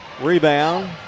Rebound